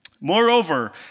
Moreover